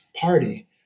party